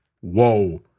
whoa